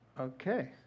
Okay